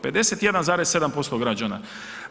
51,7% građana.